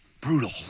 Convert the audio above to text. brutal